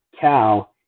cow